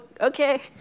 okay